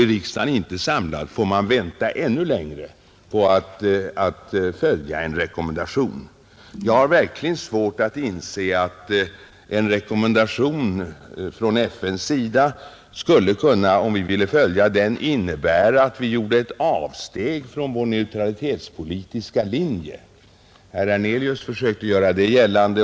Om riksdagen inte är samlad får man vänta ännu längre innan en rekommendation kan följas. Jag har verkligen svårt att inse att vi, om vi följde en FN-rekommendation om sanktioner, kan utsätta oss för risken att göra ett avsteg från vår neutralitetspolitiska linje. Herr Hernelius försökte göra det gällande.